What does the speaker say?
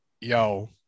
yo